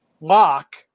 lock